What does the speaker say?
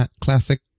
Classic